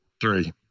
three